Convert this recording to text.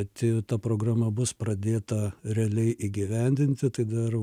pati ta programa bus pradėta realiai įgyvendinti tai dar